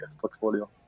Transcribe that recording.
portfolio